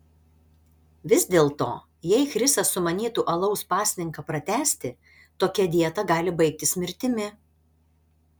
vis dėlto jei chrisas sumanytų alaus pasninką pratęsti tokia dieta gali baigtis mirtimi